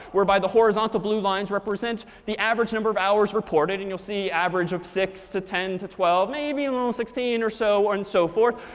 whereby the horizontal blue lines represent the average number of hours reported. and you'll see an average of six to ten to twelve maybe and sixteen or so and so forth,